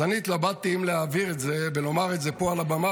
אז אני התלבטתי אם להבהיר את זה ולומר את זה פה על הבימה,